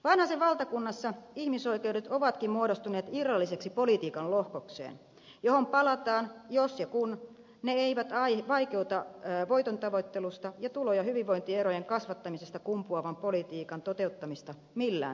vanhasen valtakunnassa ihmisoikeudet ovatkin muodostuneet irralliseksi politiikan lohkokseen johon palataan jos ja kun ne eivät vaikeuta voitontavoittelusta ja tulo ja hyvinvointierojen kasvattamisesta kumpuavan politiikan toteuttamista millään tavalla